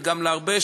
וגם להרבה,